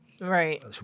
Right